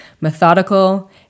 methodical